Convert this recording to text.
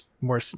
more